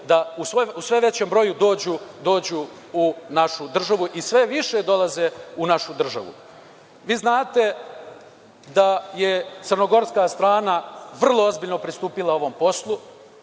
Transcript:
da u sve većem broju dođu u našu državu i sve više dolaze u našu državu. Vi znate da je crnogorska strana vrlo ozbiljno pristupila ovom poslu,